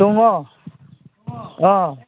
दङ अह